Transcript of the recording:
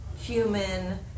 human